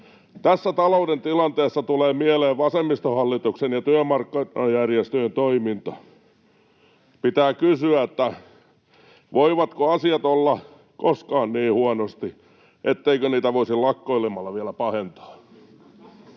Tässä talouden tilanteessa tulee mieleen vasemmistohallituksen ja työmarkkinajärjestöjen toiminta. Pitää kysyä, voivatko asiat olla koskaan niin huonosti, etteikö niitä voisi lakkoilemalla vielä pahentaa.